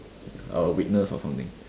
a weakness or something